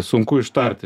sunku ištarti